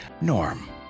Norm